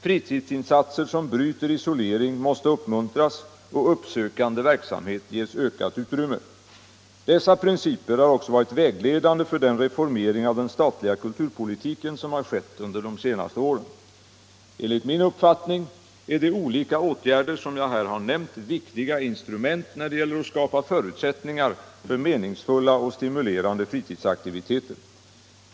Fritidsinsatser som bryter isolering måste uppmuntras och uppsökande verksamhet ges ökat utrymme. Dessa principer har också varit vägledande för den reformering av den statliga kulturpolitiken som har skett under de senaste åren. Enligt min uppfattning är de olika åtgärder som jag här har nämnt viktiga instrument när det gäller att skapa förutsättningar för meningsfulla och stimulerande fritidsaktiviteter.